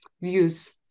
views